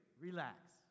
relax